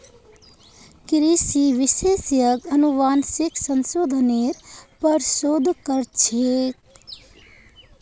कृषि विशेषज्ञ अनुवांशिक संशोधनेर पर शोध कर छेक